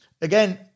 again